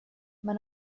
mae